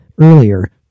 earlier